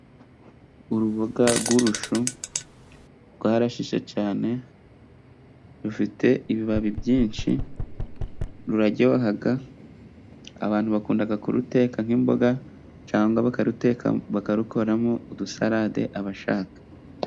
Uruboga rw'urushu rwarashishe cyane rufite ibibabi byinshi ruraryoha, abantu bakunda kuruteka nk'imboga cyangwa bakaruteka bakarukoramo udusalade abashaka.